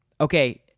okay